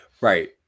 Right